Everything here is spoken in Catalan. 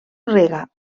rega